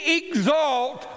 exalt